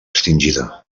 extingida